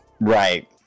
right